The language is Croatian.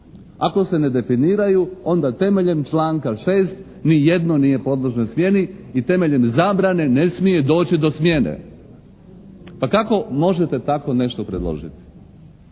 ako se ne definiraju onda temeljem članka 6. ni jedno nije podložna smjeni i temeljem zabrane ne smije doći do smjene. Pa kako možete tako nešto predložiti?